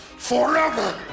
Forever